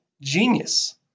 genius